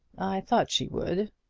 i thought she would.